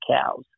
cows